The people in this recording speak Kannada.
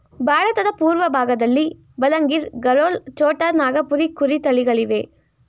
ಭಾರತದ ಪೂರ್ವಭಾಗದಲ್ಲಿ ಬಲಂಗಿರ್, ಗರೋಲ್, ಛೋಟಾ ನಾಗಪುರಿ ಕುರಿ ತಳಿಗಳಿವೆ